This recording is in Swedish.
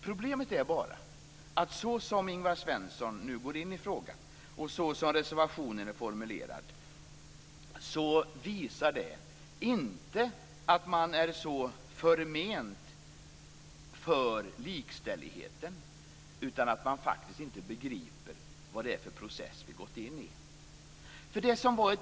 Problemet är att såsom Ingvar Svensson går in för frågan och såsom reservationen är formulerad, visar det inte att han är så förment för likställigheten utan att han faktiskt inte begriper vilken process vi har gått in i.